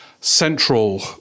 central